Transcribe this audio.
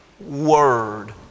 word